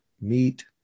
meet